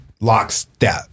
Lockstep